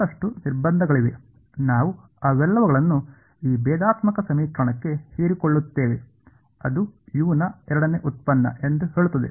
ಸಾಕಷ್ಟು ನಿರ್ಬಂಧಗಳಿವೆ ನಾವು ಅವೆಲ್ಲವುಗಳನ್ನೂ ಈ ಭೇದಾತ್ಮಕ ಸಮೀಕರಣಕ್ಕೆ ಹೀರಿಕೊಳ್ಳುತ್ತೇವೆ ಅದು u ನ ಎರಡನೇ ವ್ಯುತ್ಪನ್ನ ಎಂದು ಹೇಳುತ್ತದೆ